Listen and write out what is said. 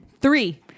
Three